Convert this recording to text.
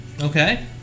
Okay